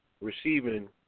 Receiving